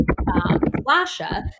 Lasha